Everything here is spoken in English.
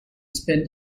spent